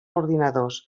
ordinadors